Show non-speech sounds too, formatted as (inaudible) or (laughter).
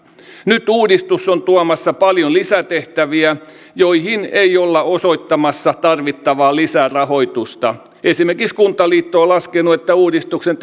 nyt uudistus on tuomassa paljon lisätehtäviä joihin ei olla osoittamassa tarvittavaa lisärahoitusta esimerkiksi kuntaliitto on laskenut että uudistuksen (unintelligible)